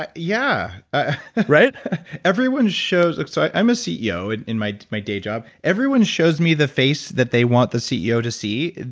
but yeah everyone shows. so, i'm a ceo and in my my day job, everyone shows me the face that they want the ceo to see,